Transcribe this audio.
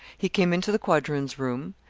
he came into the quadroon's room,